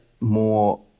more